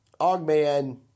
Augman